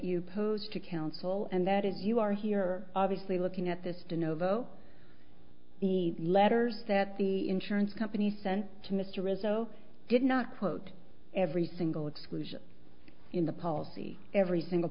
you posed to counsel and that is you are here obviously looking at this the novo the letters that the insurance company sent to mr rizzo did not quote every single exclusion in the policy every single